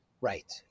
Right